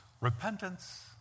repentance